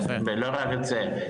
כן ולא רק את זה,